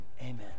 amen